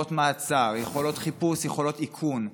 יכולות מעצר, יכולות חיפוש, יכולות איכון,